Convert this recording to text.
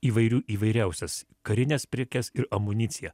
įvairių įvairiausias karines prekes ir amuniciją